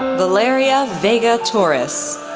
valeria vega-torres,